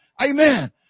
Amen